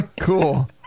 Cool